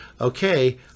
okay